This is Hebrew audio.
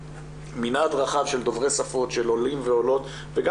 מנעד רחב של דוברי שפות של עולים ועולות וגם